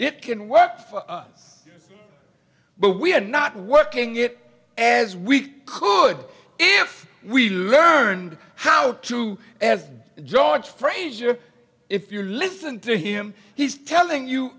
it can work for us but we're not working it as we could if we learned how to as george frazier if you listen to him he's telling you